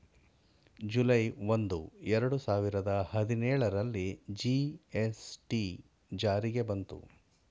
July ಒಂದು, ಎರಡು ಸಾವಿರದ ಹದಿನೇಳರಲ್ಲಿ ಜಿ.ಎಸ್.ಟಿ ಜಾರಿ ಬಂತು